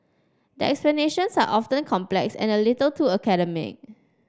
the explanations are often complex and a little too academic